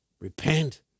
repent